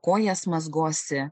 kojas mazgosi